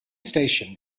station